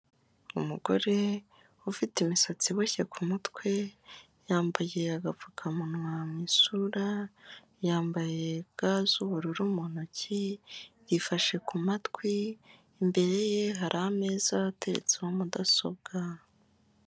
Umugore ufite imisatsi iboshye ku mutwe, yambagiye agapfukamunwa mu isura, yambaye ga z'ubururu mu ntoki, yifashe ku matwi, imbere ye hari ameza ateretseho mudasobwa.